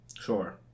Sure